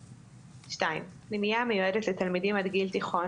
(2) פנימייה המיועדת לתלמידים עד גיל תיכון